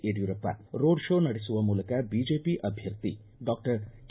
Yediyurappa road show ನಡೆಸುವ ಮೂಲಕ BJP ಅಭ್ಯರ್ಥಿ ಡಾಕ್ಟರ್ ಕೆ